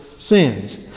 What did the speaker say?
sins